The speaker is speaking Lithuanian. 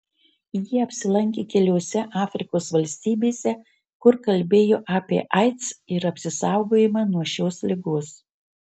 ji apsilankė keliose afrikos valstybėse kur kalbėjo apie aids ir apsisaugojimą nuo šios ligos